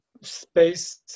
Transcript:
space